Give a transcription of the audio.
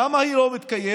למה לא מתקיים?